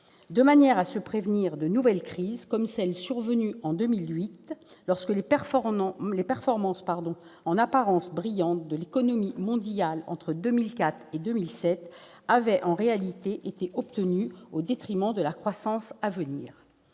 ainsi de prévenir de nouvelles crises, comme celle qui est survenue en 2008, lorsque les performances en apparence brillantes de l'économie mondiale entre 2004 et 2007 se révélèrent avoir été obtenues au détriment de la croissance à venir.